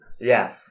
Yes